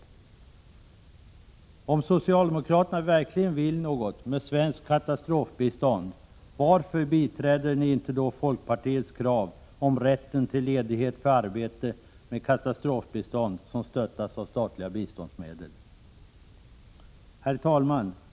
Om ni från socialdemokratiskt håll verkligen vill något med svenskt katastrofbistånd, varför biträder ni då inte folkpartiets krav på rätt till ledighet för arbete med katastrofbistånd, som stöttas av statliga biståndsmedel? Herr talman!